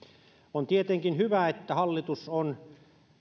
on tietenkin hyvä että hallitus on